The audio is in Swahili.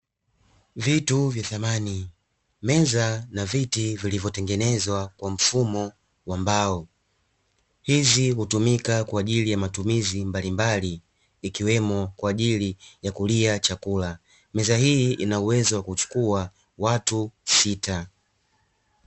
Vitu vya samani meza na viti vilivyotengenezwa kwa mfumo wa mbao, hizi hutumika kwa ajili ya matumizi mbalimbali ikiwemo kwa ajili ya kulia chakula; meza hii inaweza kuchukua watu sita.